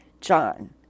John